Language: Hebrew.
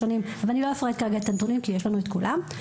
לא אפרט כרגע את הנתונים כי יש לנו את כולם.